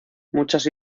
muchas